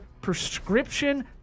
prescription